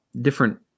different